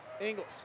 Ingles